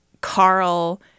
Carl